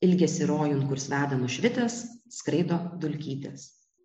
ilgesį rojun kurs veda nušvitęs skraido dulkytės